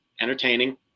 entertaining